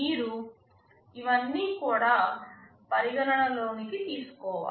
మీరు ఇవన్ని కూడా పరిగణన లోనికి తీసుకోవాలి